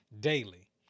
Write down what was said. daily